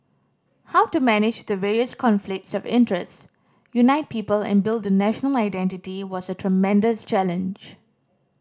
how to manage the various conflicts of interest unite people and build a national identity was a tremendous challenge